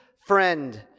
friend